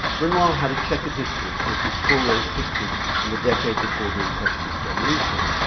renoir had a checkered history with his full-length pictures in the decade before the impressionist revolution.